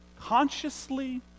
consciously